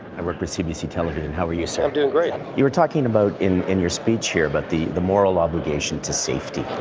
i work with cbc television. how are you, sir? i'm doing great. you were talking about, in in your speech here, but about the moral obligation to safety.